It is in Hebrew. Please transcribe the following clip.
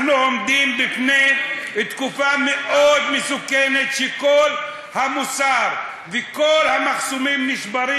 אנחנו עומדים בפני תקופה מאוד מסוכנת שכל המוסר וכל המחסומים נשברים,